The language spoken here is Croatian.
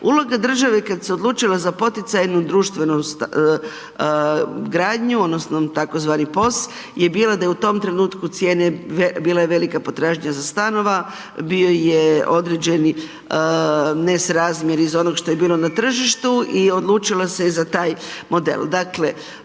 Uloga države kada se odlučila za poticajnu društvenu gradnju, odnosno, tzv. POS je bila da je u tom trenutku cijene bila je velika potražnja za stanova, bio je određeni nesrazmjer onoga što je bilo na tržištu i odlučila se za taj model.